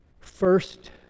first